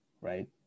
right